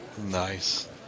nice